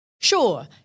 Sure